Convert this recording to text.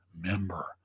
member